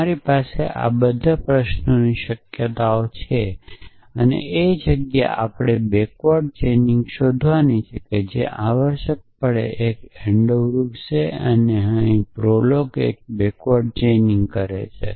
તમારી પાસે આ બધી પ્રશ્નોની શક્યતાઓ છે અને તે જગ્યા કે જે આપણે બેક્વર્ડ ચેઇનિંગમાં શોધવાની છે તે તે છે કે તે આવશ્યકપણે એક એંડો ટ્રી છે અને અહી પ્રોલોગ એક બેક્વર્ડ ચેઇનિંગ કરે છે